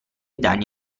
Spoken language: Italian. danni